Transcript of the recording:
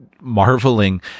marveling